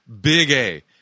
big-a